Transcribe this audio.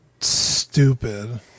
stupid